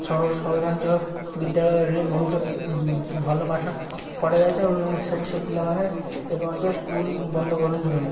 ସହ ସହରାଞ୍ଚଳ ବିଦ୍ୟାଳୟରେ ବହୁତ ଭଲ ପାଠ ପଢ଼ାଯାଇଥାଏ ଓ ସେଠି ପିଲାମାନେ କେବେ ମଧ୍ୟ ସ୍କୁଲ ବନ୍ଦ କରନ୍ତୁ ନାହିଁ